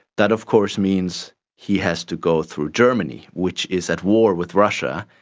that of course means he has to go through germany which is at war with russia,